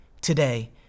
today